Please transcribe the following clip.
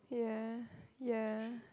yeah yeah